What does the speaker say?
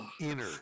Inner